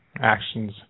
actions